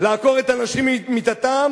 לעקור את האנשים ממיטתם,